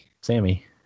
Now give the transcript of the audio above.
Sammy